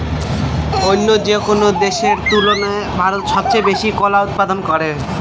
অইন্য যেকোনো দেশের তুলনায় ভারত সবচেয়ে বেশি কলা উৎপাদন করে